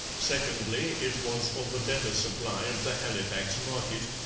secondly, it was for the better supply of the halifax market,